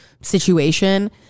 situation